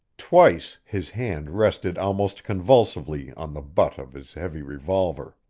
twice his hand rested almost convulsively on the butt of his heavy revolver.